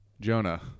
Jonah